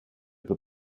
peut